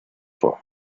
vor